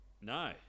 No